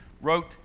wrote